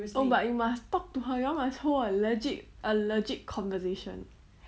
oh but you must talk to her you all must hold a legit a legit conversation